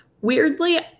Weirdly